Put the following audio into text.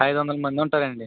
ఐదు వందలు మంది ఉంటారండి